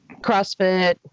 CrossFit